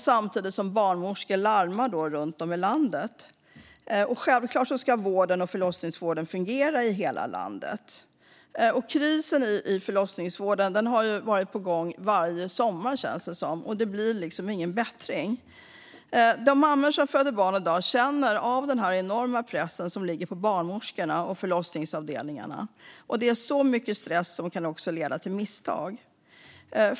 Samtidigt larmar barnmorskor runt om i landet. Självklart ska vården och förlossningsvården fungera i hela landet. Krisen i förlossningsvården har varit på gång varje sommar, känns det som. Och det blir liksom ingen bättring. De mammor som föder barn i dag känner av den enorma press som ligger på barnmorskorna och på förlossningsavdelningarna. Det är så mycket stress att det också kan leda till misstag.